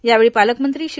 यावेळी पालकमंत्री श्री